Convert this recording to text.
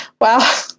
Wow